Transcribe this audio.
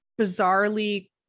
bizarrely